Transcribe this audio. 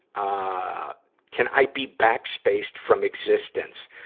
ah can i be backspaced from existence,